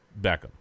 Beckham